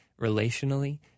relationally